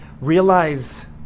realize